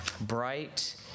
bright